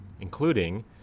including